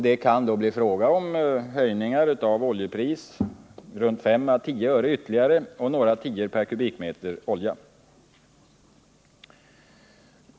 Det kan bli fråga om höjningar med 5 å 10 öre på bensin och några tior per kubikmeter olja.